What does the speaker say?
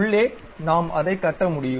உள்ளே நாம் அதை கட்ட முடியும்